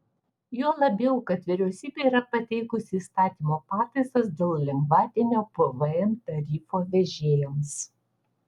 juo labiau kad vyriausybė yra pateikusi įstatymo pataisas dėl lengvatinio pvm tarifo vežėjams